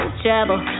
trouble